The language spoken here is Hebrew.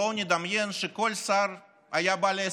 בואו נדמיין שכל שר היה בעל עסק,